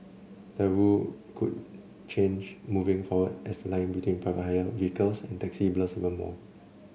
the rule could change moving forward as the line between private hire vehicles and taxis blurs even more